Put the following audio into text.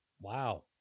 Wow